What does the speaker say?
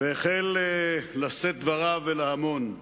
והחל לשאת דבריו אל ההמון.